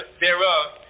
thereof